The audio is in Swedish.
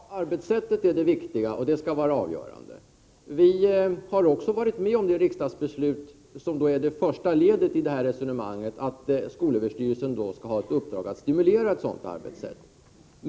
Fru talman! Några korta svar på Georg Anderssons frågor: Arbetssättet är det viktiga och det skall vara avgörande. Vi har också varit med om det riksdagsbeslut som är det första ledet i detta resonemang, nämligen att skolöverstyrelsen skall ha i uppdrag att stimulera ett sådant arbetssätt.